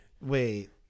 Wait